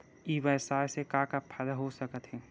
ई व्यवसाय से का का फ़ायदा हो सकत हे?